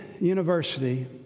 University